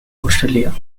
australia